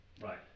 right